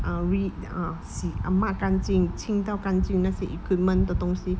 ah read ah 洗 ah 抹干净清到干净那些 equipment 的东西